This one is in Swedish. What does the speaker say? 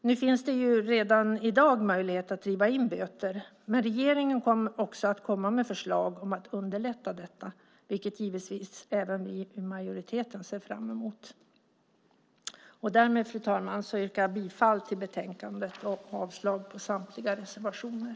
Nu finns det ju redan i dag möjligheter att driva in böter, men regeringen kommer också att komma med förslag om att underlätta detta, vilket givetvis även vi i majoriteten ser fram emot. Därmed, fru talman, yrkar jag bifall till förslaget i betänkandet och avslag på samtliga reservationer.